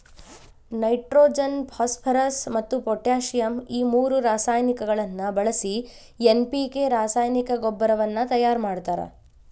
nitrogen phosphorus ಮತ್ತ್ potassium ಈ ಮೂರು ರಾಸಾಯನಿಕಗಳನ್ನ ಬಳಿಸಿ ಎನ್.ಪಿ.ಕೆ ರಾಸಾಯನಿಕ ಗೊಬ್ಬರವನ್ನ ತಯಾರ್ ಮಾಡ್ತಾರ